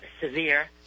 severe